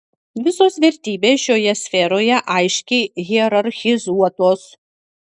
visos vertybės šioje sferoje aiškiai hierarchizuotos